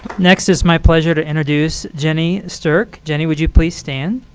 next, it's my pleasure to introduce jenny sterk. jenny, would you please stand.